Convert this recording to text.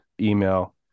Email